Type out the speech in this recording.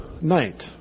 night